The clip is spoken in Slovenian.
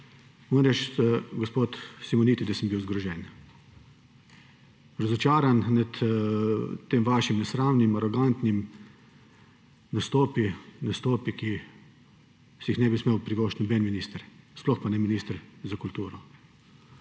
reči, gospod Simoniti, da sem bil zgrožen, razočaran nad vašimi nesramnimi, arogantnimi nastopi, ki si jih ne bi smel privoščiti noben minister, sploh pa ne minister za kulturo.